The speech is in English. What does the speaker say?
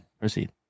proceed